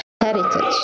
heritage